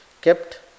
kept